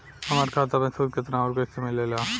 हमार खाता मे सूद केतना आउर कैसे मिलेला?